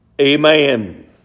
amen